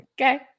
okay